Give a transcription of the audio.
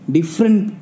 Different